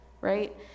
Right